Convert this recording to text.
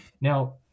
Now